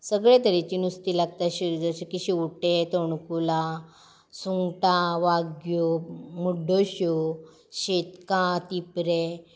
सगले तरेचीं नुस्तीं लागता जशें की शेंवटे तोणकुलां सुंगटां वाग्यो मुड्ड्योश्यो शेतकां तिपरे